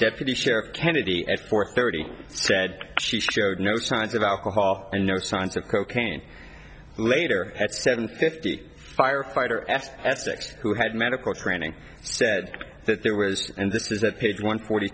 deputy sheriff kennedy at four thirty said she showed no signs of alcohol and no signs of cocaine later at seven fifty firefighter esthetics who had medical training said that there was and this is at page one forty